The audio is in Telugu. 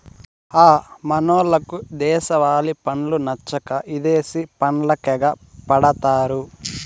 హ మనోళ్లకు దేశవాలి పండ్లు నచ్చక ఇదేశి పండ్లకెగపడతారు